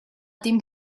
ddim